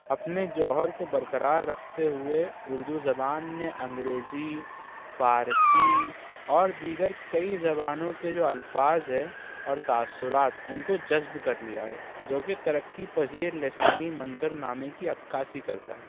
اپنے جوہر کو برقرار رکھتے ہوئے اردو زبان نے انگریزی فارسی اور دیگر کئی زبانوں کے جو الفاظ ہے اور تاثرات ان کو جذب کر لیا ہے جو کہ ترقی پذیر لسانی منظرنامے کی عکاسی کرتا ہے